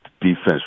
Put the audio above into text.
defense